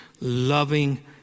loving